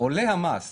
שעולה המס